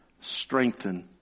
strengthen